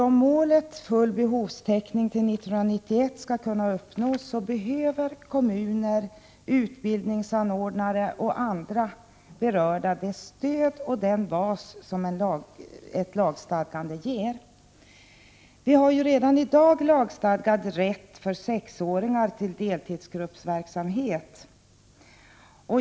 Om målet full behovstäckning till 1991 skall kunna uppnås behöver kommuner, utbildningsanordnare och andra berörda det stöd och den bas som ett lagstadgande ger. Vi har redan i dag lagstadgad rätt för sexåringar till deltidsgruppverksamhet.